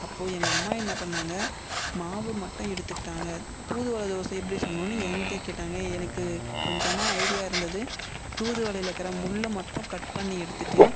அப்போது எங்கள் அம்மா என்ன பண்ணாங்க மாவு மட்டும் எடுத்துக்கிட்டாங்க தூதுவளை தோசை எப்படி சுடணுன்னு என் கிட்டேயே கேட்டாங்க எனக்கு கொஞ்சமாக ஐடியா இருந்தது தூதுவளையில இருக்கிற முள்ளை மட்டும் கட் பண்ணி எடுத்துட்டு